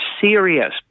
serious